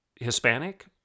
Hispanic